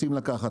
רוצים לקחת.